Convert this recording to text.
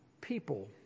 people